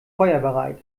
feuerbereit